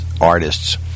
artists